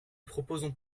proposons